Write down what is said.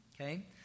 okay